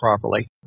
properly